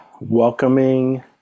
welcoming